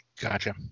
Gotcha